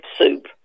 soup